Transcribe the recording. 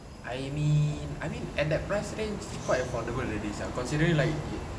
I mean I mean at that price range quite affordable already sia considering like